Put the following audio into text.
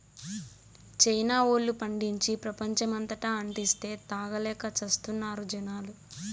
China వోల్లు పండించి, ప్రపంచమంతటా అంటిస్తే, తాగలేక చస్తున్నారు జనాలు